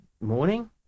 morning